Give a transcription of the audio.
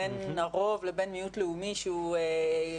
בין הרוב לבין מיעוט לאומי שהוא אפילו